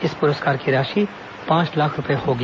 इस पुरस्कार की राशि पांच लाख रूपये होगी